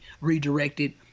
redirected